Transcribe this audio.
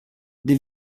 the